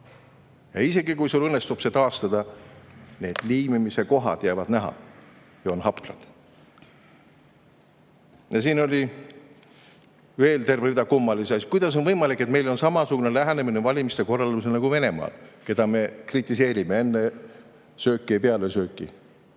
Isegi kui sul õnnestub see taastada, jäävad need liimimise kohad näha ja on haprad. Siin oli veel terve rida kummalisi asju. Kuidas on võimalik, et meil on samasugune lähenemine valimiste korraldamisele nagu Venemaal, keda me kritiseerime enne sööki ja peale sööki?